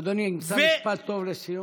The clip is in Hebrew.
אדוני, תמצא משפט טוב לסיום.